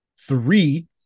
three